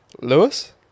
Lewis